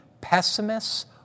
pessimists